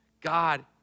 God